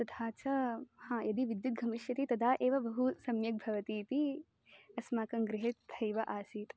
तथा च हा यदि विद्युत् गमिष्यति तदा एव बहु सम्यग् भवतीति अस्माकं गृहे तथैव आसीत्